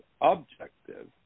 objective